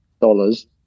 dollars